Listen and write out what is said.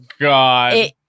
god